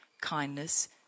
kindness